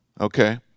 Okay